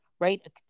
right